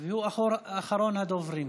והוא אחרון הדוברים.